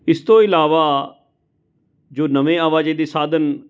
ਇਸ ਤੋਂ ਇਲਾਵਾ ਜੋ ਨਵੇਂ ਆਵਾਜਾਈ ਦੇ ਸਾਧਨ